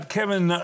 Kevin